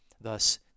thus